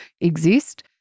exist